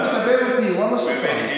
גם מקבל אותי, יאללה, שוכרן.